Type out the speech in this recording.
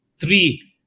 three